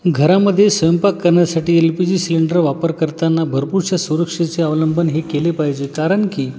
घरामध्ये स्वयंपाक करण्यासाठी एल पी जी सिलेंडर वापर करताना भरपूरशा सुरक्षेचे अवलंबन हे केले पाहिजे कारण की